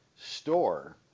store